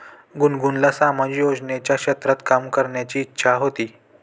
गुनगुनला सामाजिक उद्योजकतेच्या क्षेत्रात काम करण्याची इच्छा होती